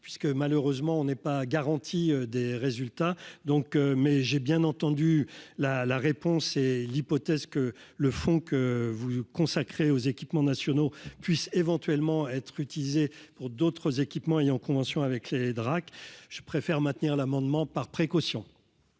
puisque, malheureusement, on n'est pas garantie des résultats, donc, mais j'ai bien entendu la la réponse, c'est l'hypothèse que le fond que vous, consacré aux équipements nationaux puissent éventuellement être utilisé pour d'autres équipements ayant convention avec les Drac, je préfère maintenir l'amendement par précaution.